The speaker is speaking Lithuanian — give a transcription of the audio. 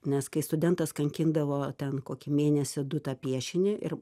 nes kai studentas kankindavo ten kokį mėnesį du tą piešinį ir